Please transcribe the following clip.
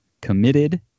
committed